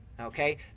Okay